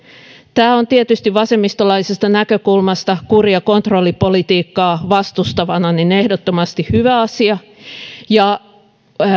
tämä on tietysti vasemmistolaisesta näkökulmasta kuri ja kontrollipolitiikkaa vastustavasta ehdottomasti hyvä asia ja